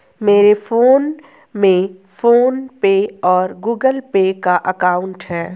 मेरे फोन में PhonePe और गूगल पे का अकाउंट है